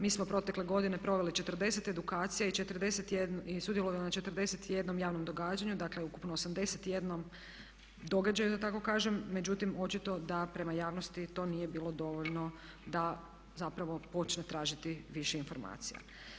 Mi smo protekle godine proveli 40 edukacija i sudjelovali na 41 javnom događanju, dakle ukupno 81 događaju da tako kažem međutim očito da prema javnosti to nije bilo dovoljno da zapravo počne tražiti više informacija.